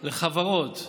חברות.